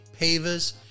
pavers